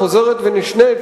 והם נבנו ללא היתרים.